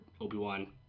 Obi-Wan